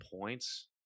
points